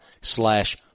slash